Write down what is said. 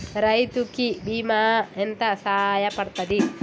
రైతు కి బీమా ఎంత సాయపడ్తది?